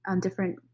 different